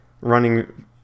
running